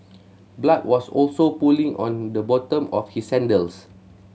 blood was also pooling on the bottom of his sandals